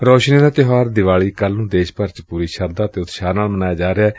ਰੌਸ਼ਨੀਆਂ ਦਾ ਤਿਉਹਾਰ ਦੀਵਾਲੀ ਕੱਲ ਨੂੰ ਦੇਸ਼ ਭਰ ਚ ਪੁਰੀ ਸ਼ਰਧਾ ਅਤੇ ਉਤਸ਼ਾਹ ਨਾਲ ਮਨਾਇਆ ਜਾ ਰਿਹੈ